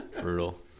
Brutal